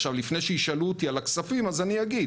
עכשיו, לפני שישאלו אותי על כספים, אז אני אגיד: